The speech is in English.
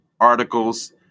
articles